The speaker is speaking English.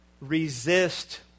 resist